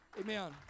Amen